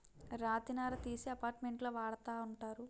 రాతి నార తీసి అపార్ట్మెంట్లో వాడతా ఉంటారు